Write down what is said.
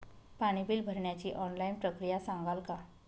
पाणी बिल भरण्याची ऑनलाईन प्रक्रिया सांगाल का?